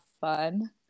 fun